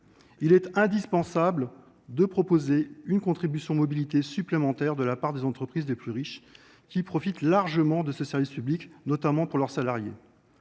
Il est indispensable de proposer une contribution mobilité supplémentaire de la part des entreprises les plus riches, qui profitent largement de ce service public, notamment pour leurs salariés.